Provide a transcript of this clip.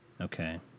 Okay